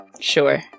sure